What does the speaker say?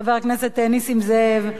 חבר הכנסת נסים זאב.